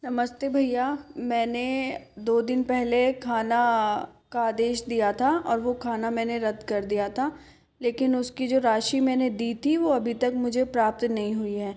नमस्ते भैया मैंने दो दिन पहले खाना का आदेश दिया था और वो खाना मैंने रद्द कर दिया था लेकिन उसकी जो राशि मैंने दी थी वो अभी तक मुझे प्राप्त नहीं हुई है